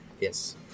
Yes